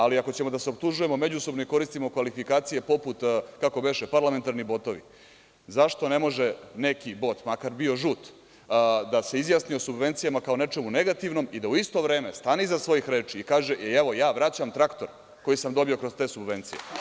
Ali, ako ćemo da se optužujemo međusobno i koristimo kvalifikacije poput, kako beše, parlamentarni botovi, zašto ne može neki bot, makar bio žut, da se izjasni o subvencijama kao nečemu negativnom i da u isto vreme stane iza svojih reči i kaže – evo, ja vraćam traktor koji sam dobio kroz te subvencije?